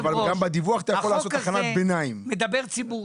החוק הזה מדבר ציבורית.